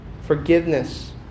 forgiveness